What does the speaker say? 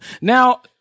Now